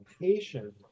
patient